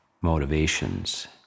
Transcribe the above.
motivations